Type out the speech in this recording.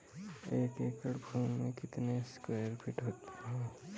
एक एकड़ भूमि में कितने स्क्वायर फिट होते हैं?